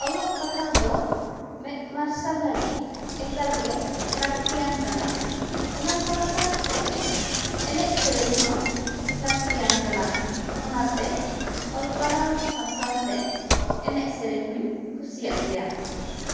ᱚᱞᱚᱜ ᱯᱟᱲᱦᱟᱣ ᱫᱚ ᱢᱮᱫ ᱢᱟᱨᱥᱟᱞ ᱞᱟᱹᱜᱤᱫ ᱮᱠᱟᱞ ᱜᱮ ᱞᱟᱹᱠᱛᱤᱭᱟᱱ ᱠᱟᱱᱟ ᱚᱱᱟ ᱥᱟᱶ ᱥᱟᱶᱛᱮ ᱮᱱᱮᱡ ᱥᱮᱨᱮᱧ ᱦᱚᱸ ᱞᱟᱹᱠᱛᱤᱭᱟᱱ ᱠᱟᱱᱟ ᱚᱱᱟᱛᱮ ᱚᱞ ᱯᱟᱲᱦᱟᱣ ᱥᱟᱶ ᱥᱟᱶᱛᱮ ᱮᱱᱮᱡ ᱥᱮᱨᱮᱧ ᱦᱚᱧ ᱠᱩᱥᱤᱭᱟᱜ ᱜᱮᱭᱟ